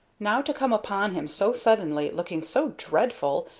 now to come upon him so suddenly, looking so dreadful,